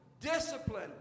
Discipline